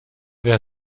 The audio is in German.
der